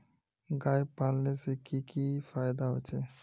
गाय पालने से की की फायदा होचे?